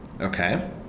Okay